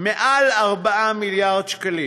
במעל 4 מיליארד שקלים.